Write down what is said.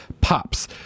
pops